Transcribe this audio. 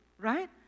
right